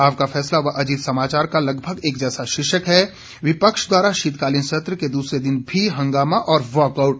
आपका फैसला व अजीत समाचार का लगभग एक जैसा शीर्षक है विपक्ष द्वारा शीतकालीन सत्र के दूसरे दिन भी हंगामा और वाकआउट